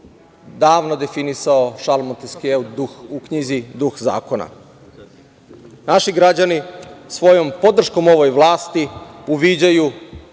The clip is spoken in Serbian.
davno definisao Šarl Monteskije, u knjizi Duh zakona. Naši građani svojom podrškom ovoj vlasti uviđaju